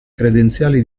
credenziali